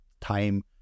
time